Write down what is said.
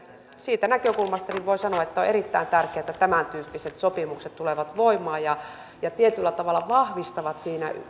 siitä näkökulmasta voin sanoa että on erittäin tärkeätä että tämäntyyppiset sopimukset tulevat voimaan ja ja tietyllä tavalla vahvistavat